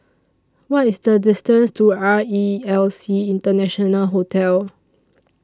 What IS The distance to R E L C International Hotel